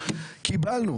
וקיבלנו,